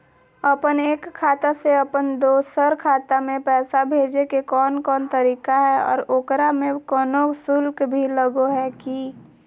अपन एक खाता से अपन दोसर खाता में पैसा भेजे के कौन कौन तरीका है और ओकरा में कोनो शुक्ल भी लगो है की?